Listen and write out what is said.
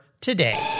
today